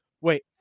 Wait